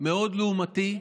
מאוד לעומתי,